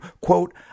quote